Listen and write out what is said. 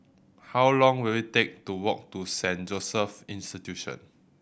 how long will it take to walk to Saint Joseph's Institution